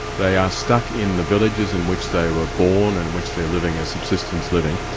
they are stuck in the villages in which they were born and in which they're living a subsistence living,